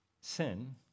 sin